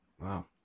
wow